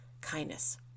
kindness